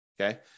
Okay